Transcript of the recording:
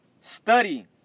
study